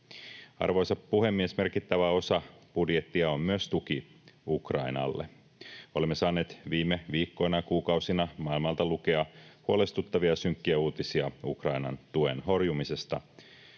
Arvoisa puhemies! Merkittävä osa budjettia on myös tuki Ukrainalle. Olemme saaneet viime viikkoina ja kuukausina maailmalta lukea huolestuttavia ja synkkiä uutisia Ukrainan tuen horjumisesta.